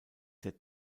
der